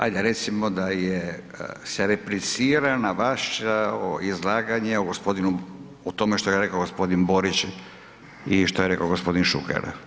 Ajde, recimo da je se replicira na vaše izlaganje o gospodinu, o tome što je rekao gospodin Borić i što je rekao gospodin Šuker.